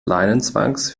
leinenzwangs